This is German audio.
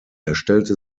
erstellte